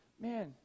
man